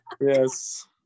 Yes